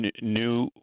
new